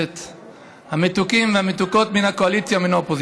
עד שלוש דקות, אדוני, בבקשה.